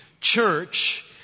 church